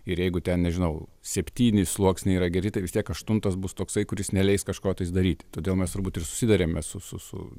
ir jeigu ten nežinau septyni sluoksniai yra geri tai vis tiek aštuntas bus toksai kuris neleis kažko tais daryti todėl mes turbūt ir susiduriame su su su